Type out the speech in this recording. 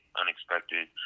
unexpected